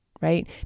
right